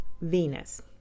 Venus